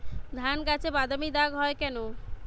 ধানগাছে বাদামী দাগ হয় কেন?